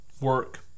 work